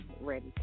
ready